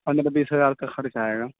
پندرہ بیس ہزار کا خرچ آئے گا